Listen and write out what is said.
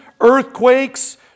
earthquakes